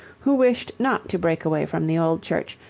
who wished not to break away from the old church,